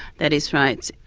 that is right.